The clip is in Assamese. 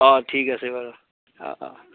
অ ঠিক আছে বাৰু অ অ